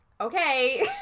okay